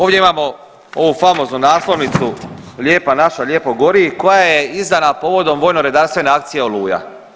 Ovdje imamo ovu famoznu naslovnicu Lijepa naša lijepo gori koja je izdana povodom vojno redarstvene akcije „Oluja“